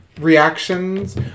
reactions